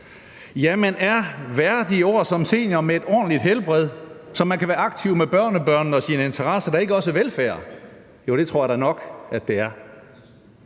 Jamen er værdige år som senior med et ordentligt helbred, så man kan være aktiv med børnebørnene og sine interesser, da ikke også velfærd? Jo, det tror jeg da nok at det er.